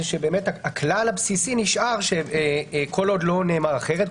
שהכלל הבסיסי נשאר שכל עוד לא נאמר אחרת,